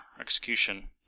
execution